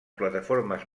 plataformes